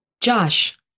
Josh